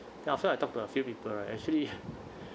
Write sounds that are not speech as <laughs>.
then after I talked to a few people right actually <laughs>